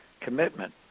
commitment